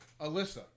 Alyssa